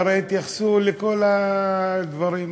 והרי התייחסו לכל הדברים,